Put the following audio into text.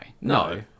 No